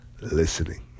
listening